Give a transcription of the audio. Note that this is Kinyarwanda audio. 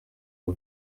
ubu